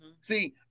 See